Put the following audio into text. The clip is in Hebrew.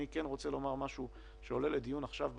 אני רוצה לומר משהו שעולה לדיון עכשיו בממשלה,